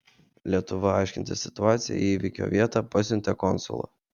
lietuva aiškintis situaciją į įvykio vietą pasiuntė konsulą